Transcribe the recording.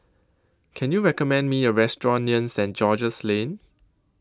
Can YOU recommend Me A Restaurant near Saint George's Lane